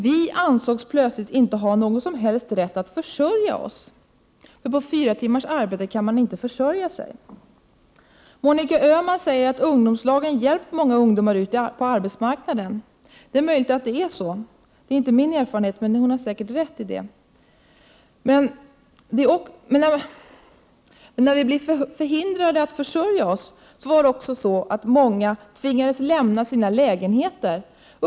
Vi ansågs plötsligt inte ha någon som helst rätt att försörja oss, för på fyra timmars arbete kan man inte försörja sig. Monica Öhman säger att ungdomslagen hjälpt många ungdomar ut på arbetsmarknaden. Det är inte min erfarenhet, men det är möjligt att hon har rätt. När vi blev förhindrade att försörja oss, tvingades många lämna sina lägenheter.